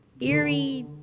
Eerie